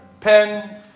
Pen